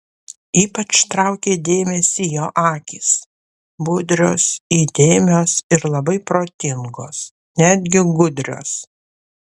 ypač traukė dėmesį jo akys budrios įdėmios ir labai protingos netgi gudrios